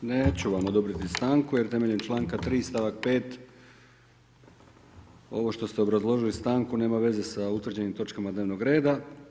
Neću vam odobriti stanku jer temeljem članka 3. stavak 5. ovo što ste obrazložili stanku nema veze sa utvrđenim točkama dnevnog reda.